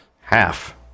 Half